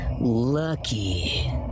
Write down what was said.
lucky